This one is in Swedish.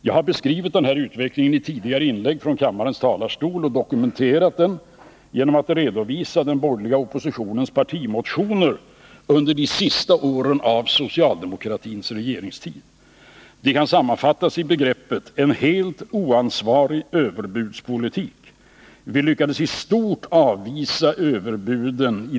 Jag har beskrivit denna utveckling i tidigare inlägg från kammarens talarstol och dokumenterat den genom att redovisa den borgerliga oppositionens partimotioner under de senaste åren av socialdemokratins regeringstid. De kan sammanfattas i orden ”en helt oansvarig överbudspolitik”. Vi lyckades i de flesta fall i stort avvisa överbuden.